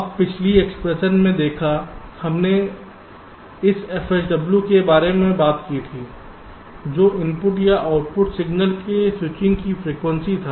अब पिछली एक्सप्रेशन में देखें हमने इस fSW के बारे में बात की थी जो इनपुट या आउटपुट सिग्नल के स्विचिंग की फ्रीक्वेंसी था